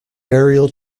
burial